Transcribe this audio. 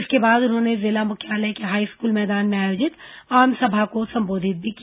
इसके बाद उन्होंने जिला मुख्यालय के हाईस्कूल मैदान में आयोजित आमसभा को संबोधित भी किया